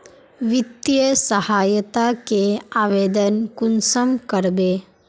वित्तीय सहायता के आवेदन कुंसम करबे?